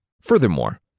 Furthermore